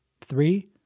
Three